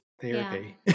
therapy